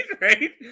right